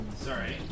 Sorry